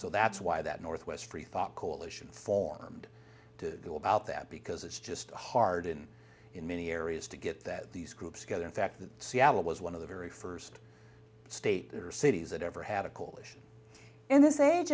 so that's why that northwest freethought coalition formed to go about that because it's just hard in in many areas to get that these groups together in fact that seattle was one of the very first state or cities that ever had a coalition in this age